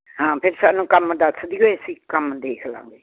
ਹਾਂ ਫਿਰ ਸਾਨੂੰ ਕੰਮ ਦੱਸਦੀਓ ਅਸੀਂ ਕੰਮ ਦੇਖ ਲਾਂਗੇ